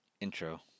Intro